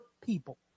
people